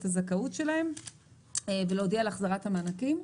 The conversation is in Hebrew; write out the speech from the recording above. הזכאות שלהם ולהודיע על החזרת המענקים.